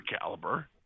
caliber